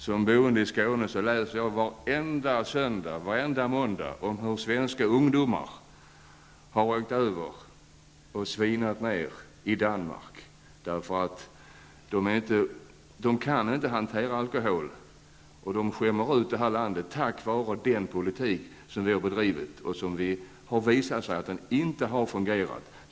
Som boende i Skåne läser jag varenda söndag och varenda måndag om hur svenska ungdomar har varit över till Danmark och svinat ned, eftersom de inte kan hantera alkohol. Dessa ungdomar skämmer ut det här landet på grund av den politik som vi har bedrivit och som visat sig inte fungera.